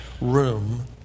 room